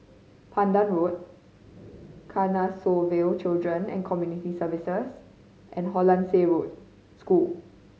Pandan Road Canossaville Children and Community Services and Hollandse Road School